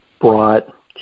brought